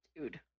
Dude